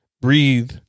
breathe